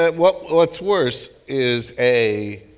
but what's what's worse is, a,